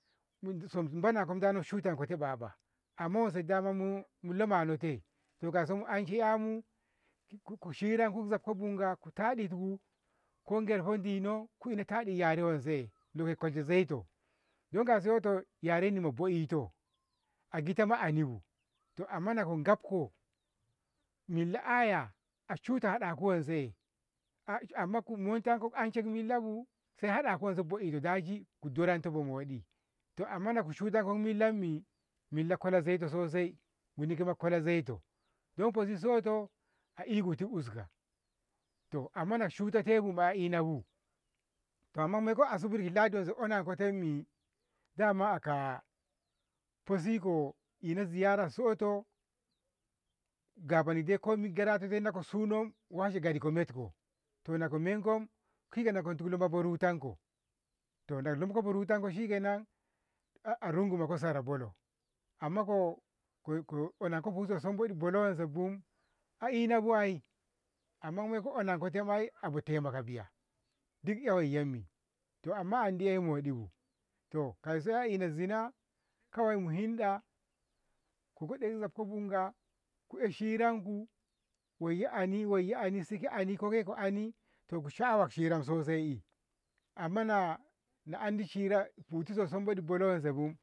sum banako mudanot shutenko ɓaɓa amma wanse damatmu mu lamonete kauso mu anshe 'yamu k- ku hiranku zabko bunga ku taɗitku ko gyarfo dani ku ina tadi ki yare wanse doku kwalshe zaiti. Yogasoto yarenima bo'eto a gitama anibu amma nako gabko milla aya a shuta hadaku wanse a- akumontako ancet millabu sai hadaku wanse bo'etodaji ku duranto bomoɗi to amma naku shutankot millami, milla kwala zaito sosai gunima kema kwala zaito, dan foti soto a itiku uska to amma na shutate bu ma inabu. Bama maiko Asubur ki Lahdi wanse onakutaimi dama aka fuziko ina ziyarar sotto gaboni dai komin gerato sainako suno washe gari ko metko to nako menkom shikenan ko dukto bo rutanko to nadamko shikenan a rungumako sara bolo amma ko anako futti so sumboɗi bolo wansebu a inbu ai amma na onankote ma ataimaka biya dik awayyemmi to amma andi ei moɗibu to kauso a ina nzina kawai muhinda kogozai zafko bunga ku ei hirakun wayye ani wayye ani sike ani koi ke ani to kusha'awa hira sosai amma na na andi hira so futti sumboɗi bolo wansebu.